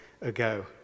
ago